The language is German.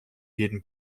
jeden